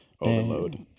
Overload